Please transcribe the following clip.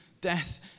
death